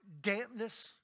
dampness